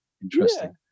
interesting